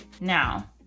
Now